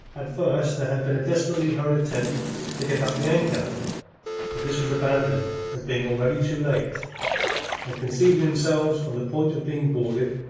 at first there had been a desperately hurried attempt to get up the anchor but this was abandoned as being already too late and conceiving themselves on the point of being boarded,